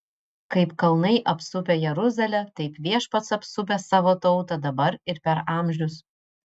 kaip kalnai apsupę jeruzalę taip viešpats apsupęs savo tautą dabar ir per amžius